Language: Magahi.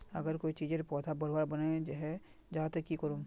अगर कोई चीजेर पौधा बढ़वार बन है जहा ते की करूम?